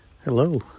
Hello